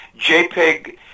JPEG